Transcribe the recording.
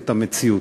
את המציאות.